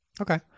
Okay